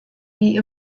wie